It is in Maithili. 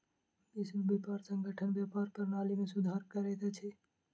विश्व व्यापार संगठन व्यापार प्रणाली में सुधार करैत अछि